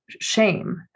shame